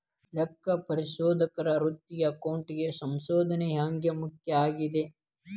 ಲೆಕ್ಕಪರಿಶೋಧಕರ ವೃತ್ತಿಗೆ ಅಕೌಂಟಿಂಗ್ ಸಂಶೋಧನ ಹ್ಯಾಂಗ್ ಮುಖ್ಯ ಆಗೇದ?